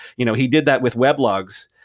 you know he did that with web logs,